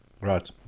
Right